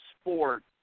sport